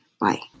bye